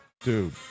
dude